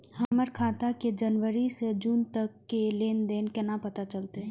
हमर खाता के जनवरी से जून तक के लेन देन केना पता चलते?